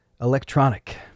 Electronic